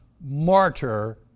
martyr